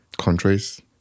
countries